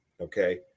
okay